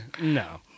No